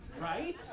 right